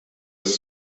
ist